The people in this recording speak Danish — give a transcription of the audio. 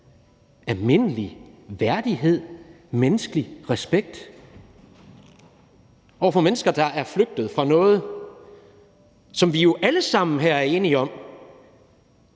almindelig værdighed, menneskelig respekt over for mennesker, der er flygtet fra noget, som vi jo alle sammen her er enige om